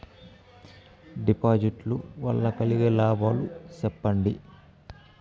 డిపాజిట్లు లు వల్ల కలిగే లాభాలు సెప్పండి?